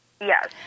Yes